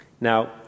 Now